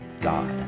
God